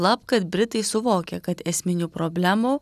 lab kad britai suvokia kad esminių problemų